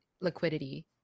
liquidity